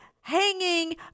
hanging